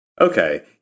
Okay